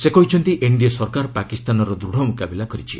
ସେ କହିଛନ୍ତି ଏନ୍ଡିଏ ସରକାର ପାକିସ୍ତାନର ଦୃଢ଼ ମୁକାବିଲା କରିଛି